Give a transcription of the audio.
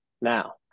now